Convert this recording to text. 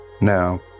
now